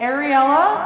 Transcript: Ariella